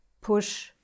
push